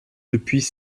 depuis